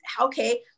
okay